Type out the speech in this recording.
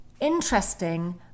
interesting